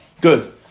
Good